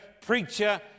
preacher